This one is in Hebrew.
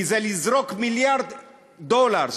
כי זה לזרוק מיליארד דולר,